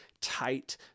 tight